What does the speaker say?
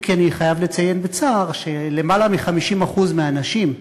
אם כי אני חייב לציין בצער שלמעלה מ-50% מהנשים,